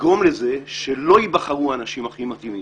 לגרום לזה שלא ייבחרו האנשים הכי מתאימים.